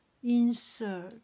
Insert